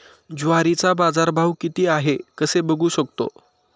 ज्वारीचा बाजारभाव किती आहे कसे बघू शकतो?